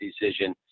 decision